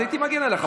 הייתי מגן עליך,